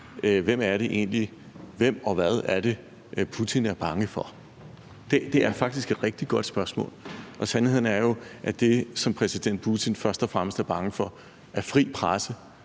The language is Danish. Messerschmidt stiller: Hvem og hvad er det, Putin er bange for? Det er faktisk et rigtig godt spørgsmål, og sandheden er jo, at det, som præsident Putin først og fremmest er bange for, er fri presse